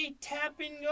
tapping